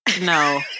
No